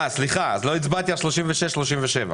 ביד אחת אתה מקצץ להם 52 מיליון שקלים